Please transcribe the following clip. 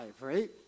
right